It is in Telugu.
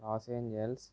Los Angeles